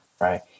right